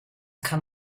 kann